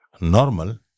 normal